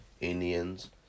Indians